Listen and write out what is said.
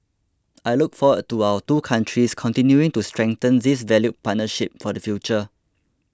I look forward to our two countries continuing to strengthen this valued partnership for the future